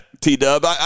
T-Dub